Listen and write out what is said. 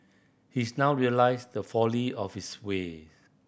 he's now realised the folly of his way